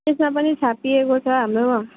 त्यसमा पनि छापिएको छ हाम्रो